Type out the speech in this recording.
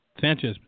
Sanchez